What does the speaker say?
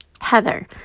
Heather